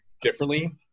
differently